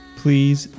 please